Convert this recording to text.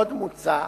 עוד מוצע,